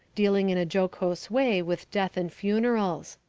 dealing in a jocose way with death and funerals.